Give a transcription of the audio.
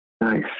Nice